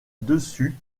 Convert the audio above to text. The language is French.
dessus